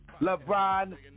LeBron